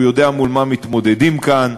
הוא יודע עם מה מתמודדים כאן.